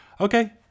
okay